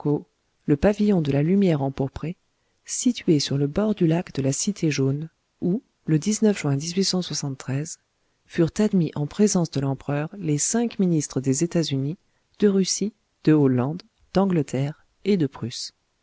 le pavillon de la lumière empourprée situé sur le bord du lac de la cité jaune où le juin furent admis en présence de l'empereur les cinq ministres des états-unis de russie de hollande d'angleterre et de prusse